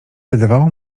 wydawało